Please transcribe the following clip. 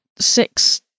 six